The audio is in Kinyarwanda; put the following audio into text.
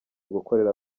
gukorera